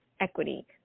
equity